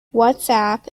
whatsapp